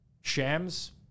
Shams